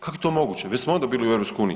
Kako je to moguće, već smo onda bili u EU?